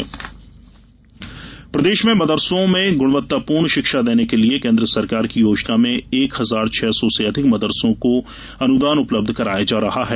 मदरसा अनुदान प्रदेश में मदरसों में गुणवत्तापूर्ण शिक्षा देने के लिये केन्द्र सरकार की योजना में एक हजार छह सौ स अधिक मदरसों को अनुदान उपलब्ध कराया जा रहा है